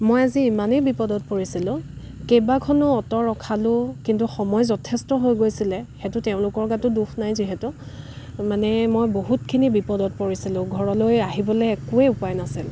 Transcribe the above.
মই আজি ইমানেই বিপদত পৰিছিলোঁ কেইবাখনো অট' ৰখালোঁ কিন্তু সময় যথেষ্ট হৈ গৈছিলে সেইটো তেওঁলোকৰ গাতো দোষ নাই যিহেতু মানে মই বহুতখিনি বিপদত পৰিছিলোঁ ঘৰলৈ আহিবলৈ একোৱেই উপায় নাছিল